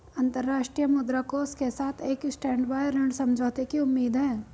अंतर्राष्ट्रीय मुद्रा कोष के साथ एक स्टैंडबाय ऋण समझौते की उम्मीद है